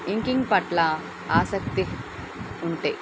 inking పట్ల ఆసక్తి ఉంటే